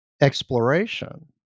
exploration